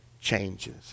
changes